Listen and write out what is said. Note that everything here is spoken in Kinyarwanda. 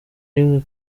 rimwe